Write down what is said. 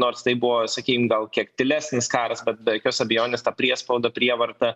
nors tai buvo sakykim gal kiek tylesnis karas be jokios abejonės tą priespaudą prievartą